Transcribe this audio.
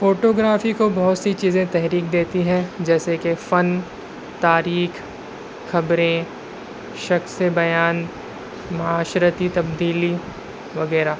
photography کو بہت سی چیزیں تحریک دیتی ہے جیسے کہ فن تاریخ خبریں شخصِ بیان معاشرتی تبدیلی وغیرہ